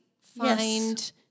find